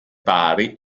pari